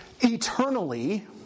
eternally